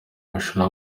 mashuri